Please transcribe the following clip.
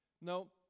Now